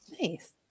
Nice